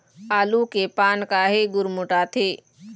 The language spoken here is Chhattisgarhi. आलू के पान काहे गुरमुटाथे?